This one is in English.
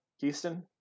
Houston